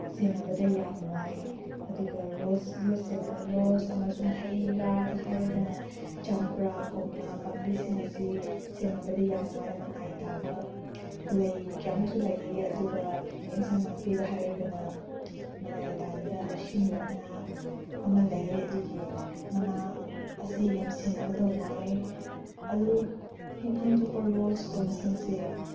ꯁꯦꯟꯅꯕꯗ ꯌꯥꯝ ꯋꯥꯏ ꯑꯗꯨꯒ ꯔꯣꯁ ꯔꯣꯁ ꯔꯣꯁ ꯑꯃꯁꯨꯡ ꯍꯩ ꯔꯥꯗ ꯍꯥꯏꯔꯒꯅ ꯆꯝꯄ꯭ꯔꯥ ꯀꯣꯝꯂꯥ ꯄꯥꯝꯕꯤꯁꯤꯡ ꯑꯁꯤ ꯁꯦꯟꯅꯕꯗ ꯌꯥꯝ ꯋꯥꯏ ꯃꯅꯥꯏ ꯇꯥꯕ ꯂꯩ ꯀꯌꯥꯃꯨꯛꯁꯨ ꯂꯩꯌꯦ ꯑꯗꯨꯒ ꯑꯦꯟꯁꯥꯡ ꯅꯥꯄꯤꯗ ꯍꯥꯏꯔꯒꯅ ꯃꯅꯥꯏ ꯇꯥꯕꯗ ꯑꯁꯤꯟꯕ ꯃꯅꯥ ꯑꯃ ꯂꯩꯌꯦ ꯑꯗꯨꯒꯤ ꯃꯅꯥ ꯑꯁꯦ ꯌꯥꯝ ꯁꯦꯟꯅꯕꯗ ꯋꯥꯏ ꯑꯗꯨ ꯇꯤꯡꯈꯪ ꯊꯣꯛꯄ ꯔꯣꯁꯀꯨꯝꯕꯁꯤꯡꯁꯤ